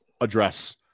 address